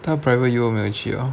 他 private U 没有去 liao